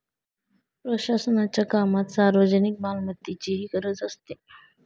प्रशासनाच्या कामात सार्वजनिक मालमत्तेचीही गरज असते